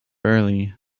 early